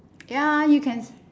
ya you can s~